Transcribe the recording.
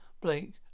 Blake